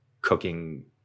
cooking